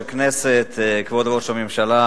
כבוד יושב-ראש הכנסת, כבוד ראש הממשלה,